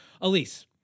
Elise